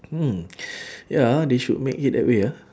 mm ya they should make it that way ah